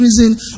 reason